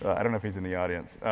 i don't know if he's in the audience.